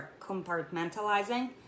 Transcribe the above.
compartmentalizing